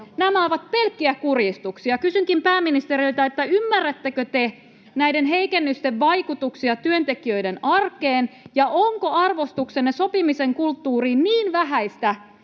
Nämä ovat pelkkiä kurjistuksia. Kysynkin pääministeriltä: ymmärrättekö te näiden heikennysten vaikutuksia työntekijöiden arkeen, ja onko arvostuksenne sopimisen kulttuuriin niin vähäistä,